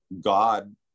god